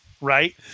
right